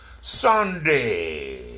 Sunday